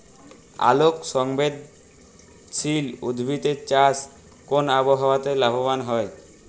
আলোক সংবেদশীল উদ্ভিদ এর চাষ কোন আবহাওয়াতে লাভবান হয়?